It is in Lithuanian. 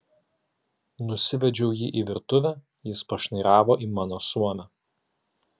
nusivedžiau jį į virtuvę jis pašnairavo į mano suomę